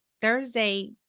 Thursday